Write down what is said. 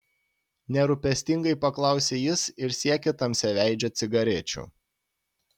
nerūpestingai paklausė jis ir siekė tamsiaveidžio cigarečių